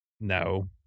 No